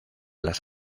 las